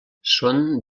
són